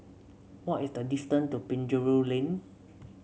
what is the distance to Penjuru Lane